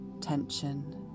tension